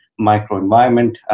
microenvironment